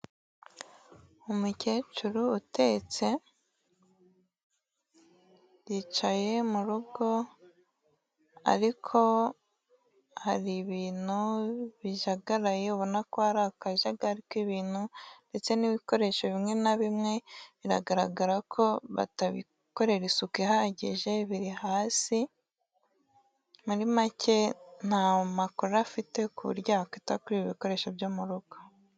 Umukecuru utetse yicaye mu rugo ariko hari ibintu bijagaraye ubona ko hari akajagari k'ibintu ndetse n'ibikoresho bimwe na bimwe biragaragara ko batabikorera isuku ihagije biri hasi, muri make nta makuru afite ku buryo yakwita kuri ibi bikoresho byo mu rugo.